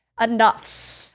enough